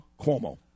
Cuomo